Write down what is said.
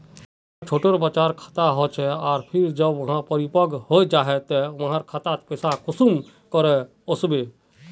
अगर छोटो बच्चार खाता होचे आर फिर जब वहाँ परिपक है जहा ते वहार खातात पैसा कुंसम करे वस्बे?